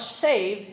save